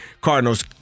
Cardinals